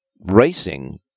racing